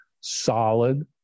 solid